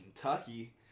Kentucky